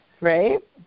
right